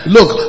Look